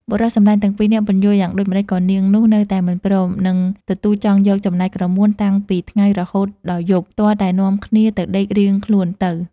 បុរសសម្លាញ់ទាំងពីរនាក់ពន្យល់យ៉ាងដូចម្តេច ក៏នាងនោះនៅតែមិនព្រម និងទទូចចង់យកចំណែកក្រមួន តាំងពីថ្ងៃរហូតដល់យប់ ទាល់តែនាំគ្នាទៅដេករៀងខ្លួនទៅ ។